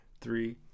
Three